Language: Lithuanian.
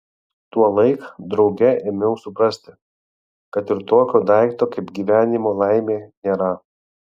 tuolaik drauge ėmiau suprasti kad ir tokio daikto kaip gyvenimo laimė nėra